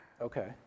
okay